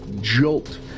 jolt